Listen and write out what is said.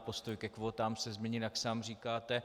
Postoj ke kvótám se změnil, jak sám říkáte.